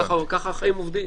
ככה החיים עובדים.